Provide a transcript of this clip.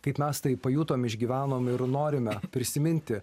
kaip mes tai pajutom išgyvenom ir norim prisiminti